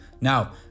Now